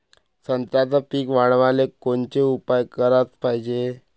संत्र्याचं पीक वाढवाले कोनचे उपाव कराच पायजे?